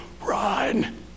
Run